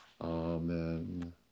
Amen